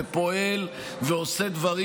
ופועל ועושה דברים